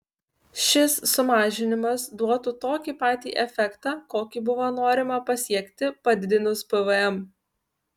šis sumažinimas duotų tokį patį efektą kokį buvo norima pasiekti padidinus pvm